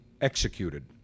executed